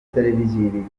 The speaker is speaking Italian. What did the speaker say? televisivi